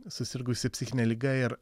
susirgusi psichine liga ir